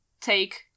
take